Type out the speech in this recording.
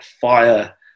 fire